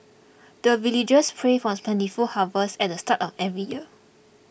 the villagers pray for plentiful harvest at the start of every year